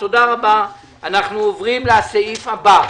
תודה רבה, הישיבה נעולה.